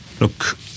Look